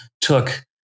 took